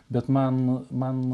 bet man man